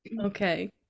okay